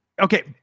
Okay